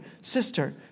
sister